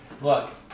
Look